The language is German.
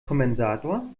kompensator